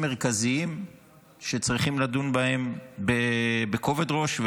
מרכזיים שצריכים לדון בהם בכובד ראש,